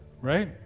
Right